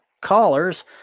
callers